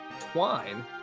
twine